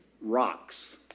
Rocks